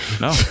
no